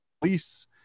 police